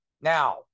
now